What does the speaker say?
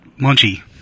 Munchie